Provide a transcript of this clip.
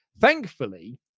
Thankfully